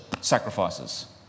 sacrifices